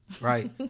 right